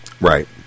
Right